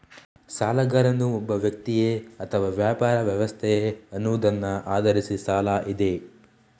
ಸಾಲಗಾರನು ಒಬ್ಬ ವ್ಯಕ್ತಿಯೇ ಅಥವಾ ವ್ಯಾಪಾರ ವ್ಯವಸ್ಥೆಯೇ ಅನ್ನುವುದನ್ನ ಆಧರಿಸಿ ಸಾಲ ಇದೆ